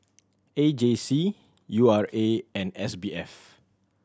A J C U R A and S B F